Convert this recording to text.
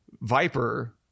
Viper